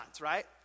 right